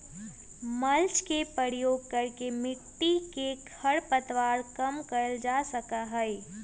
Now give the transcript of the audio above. mulch के प्रयोग करके मिट्टी में खर पतवार कम कइल जा सका हई